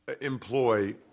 employ